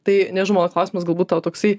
tai nežinau mano klausimas galbūt tau toksai